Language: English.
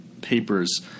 papers